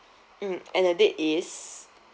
mm and the date is